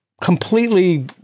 Completely